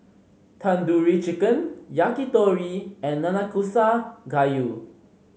Tandoori Chicken Yakitori and Nanakusa Gayu